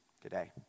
today